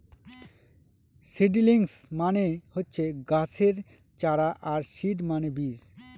seedlings মানে হচ্ছে গাছের চারা আর সিড মানে বীজ